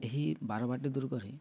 ଏହି ବାରବାଟି ଦୁର୍ଗରେ